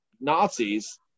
Nazis